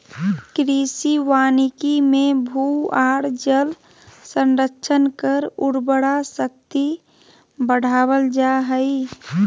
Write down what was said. कृषि वानिकी मे भू आर जल संरक्षण कर उर्वरा शक्ति बढ़ावल जा हई